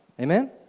Amen